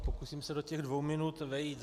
Pokusím se do těch dvou minut vejít.